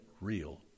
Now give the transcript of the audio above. real